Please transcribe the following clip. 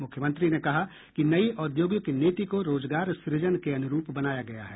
मुख्यमंत्री ने कहा कि नई औद्योगिक नीति को रोजगार सूजन के अनुरूप बनाया गया है